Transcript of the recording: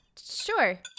Sure